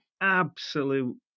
absolute